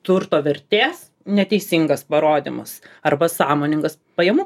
turto vertės neteisingas parodymas arba sąmoningas pajamų